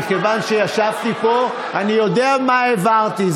מכיוון שישבתי פה, אני יודע מה העברתי.